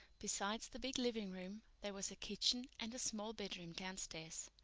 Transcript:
besides the big living-room, there was a kitchen and a small bedroom downstairs.